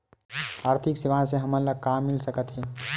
आर्थिक सेवाएं से हमन ला का मिल सकत हे?